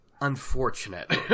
unfortunate